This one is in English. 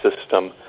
system